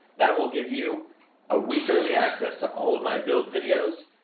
that will give you a week early access to all of my build videos,